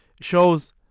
shows